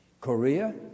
Korea